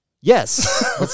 Yes